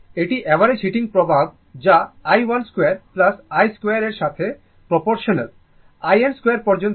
এটি average heating প্রভাব যা i1 2 I2 2 এর সাথে প্রপোর্শনাল in 2 পর্যন্ত যা বিভক্তি হবে n দিয়ে